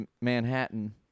Manhattan